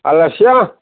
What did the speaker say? आलासिया